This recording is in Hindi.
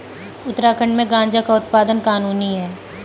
उत्तराखंड में गांजा उत्पादन कानूनी है